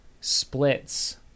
splits